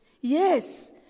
Yes